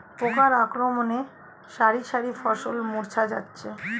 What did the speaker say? পোকার আক্রমণে শারি শারি ফসল মূর্ছা যাচ্ছে